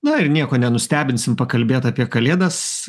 na ir nieko nenustebinsim pakalbėt apie kalėdas